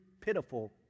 pitiful